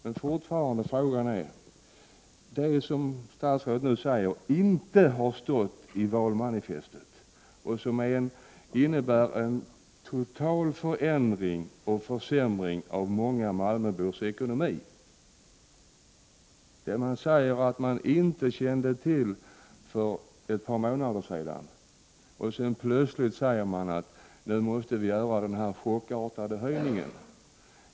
Men fortfarande gäller frågan det som, som statsrådet nu säger, inte har stått i valmanifestet och som innebär en total förändring och försämring av många malmöbors ekonomi. Man säger att man fram till för ett par månader sedan inte kände till hur förhållandena var och säger nu plötsligt att man måste göra denna chockartade höjning.